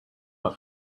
not